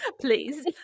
please